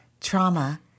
trauma